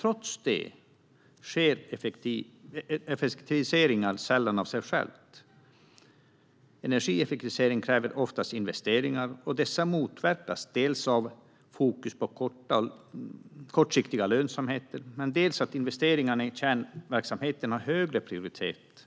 Trots detta sker energieffektiviseringar sällan av sig själva, utan oftast krävs investeringar. Dessa motverkas dels av fokus på kortsiktig lönsamhet, dels av att investeringar i kärnverksamheten har högre prioritet